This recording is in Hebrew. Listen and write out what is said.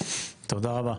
תודה רבה.